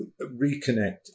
reconnect